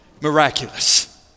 miraculous